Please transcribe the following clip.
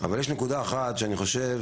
אבל יש נקודה אחת שאני חושב